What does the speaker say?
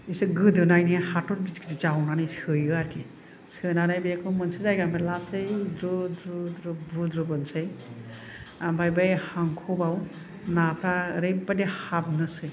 एसे गोदोनायनि हाथर गिदिर गिदिर जावनानै सोयो आरोखि सोनानै बेखौ मोनसे जायगानिफ्राइ लासै द्रु द्रु द्रु बुद्रु बोसै आमफाय बै हांखबाव नाफ्रा ओरैबादि हाबनोसै